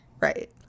Right